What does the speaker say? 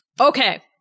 Okay